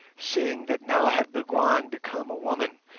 seeing that now had bougwan become a woman,